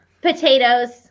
potatoes